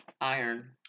Iron